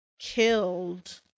Killed